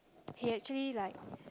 he actually like